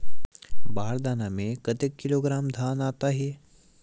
बार दाना में कतेक किलोग्राम धान आता हे?